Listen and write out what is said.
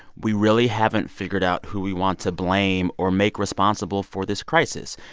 we really haven't figured out who we want to blame or make responsible for this crisis.